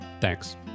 Thanks